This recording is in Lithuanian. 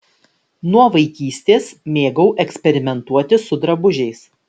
nuo vaikystės mėgau eksperimentuoti su drabužiais